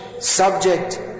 subject